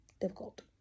difficult